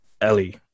Ellie